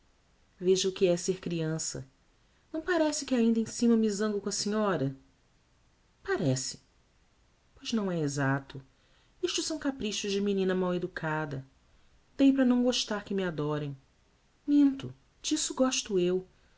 veja o que é ser creança não parece que ainda em cima me zango com a senhora parece pois não é exacto isto são caprichos de menina mal educada dei para não gostar que me adorem minto disso gósto eu